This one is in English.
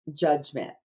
judgment